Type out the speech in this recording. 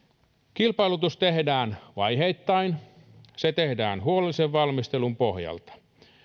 kilpailutus tehdään vaiheittain se tehdään huolellisen valmistelun pohjalta